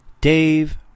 Dave